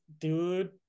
dude